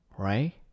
Right